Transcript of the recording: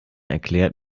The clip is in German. erklärt